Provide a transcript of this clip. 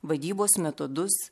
vadybos metodus